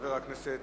חבר הכנסת